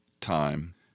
time